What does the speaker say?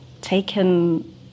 taken